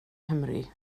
nghymru